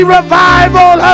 revival